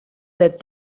that